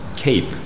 Cape